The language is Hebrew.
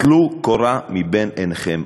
טלו קורה מבין עיניכם.